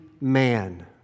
man